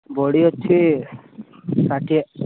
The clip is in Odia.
ବଢ଼ି ଅଛି ଷାଠିଏ